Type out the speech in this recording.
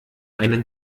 einen